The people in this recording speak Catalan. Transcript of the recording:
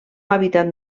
hàbitat